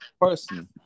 person